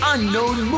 Unknown